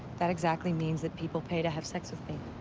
that exactly means that people pay to have sex with me.